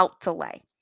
delay